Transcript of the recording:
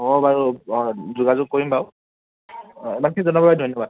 হ'ব বাৰু যোগাযোগ কৰিব বাৰু ইমানখিনি জনোৱা বাবে ধন্যবাদ